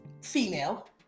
female